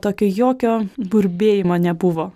tokio jokio burbėjimo nebuvo